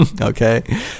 okay